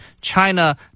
China